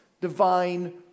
divine